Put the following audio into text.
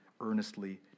earnestly